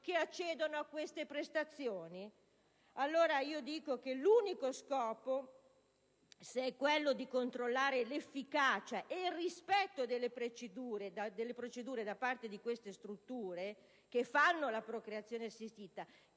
che accedono a queste prestazioni? Se l'unico scopo è controllare l'efficacia e il rispetto delle procedure da parte delle strutture che fanno la procreazione assistita,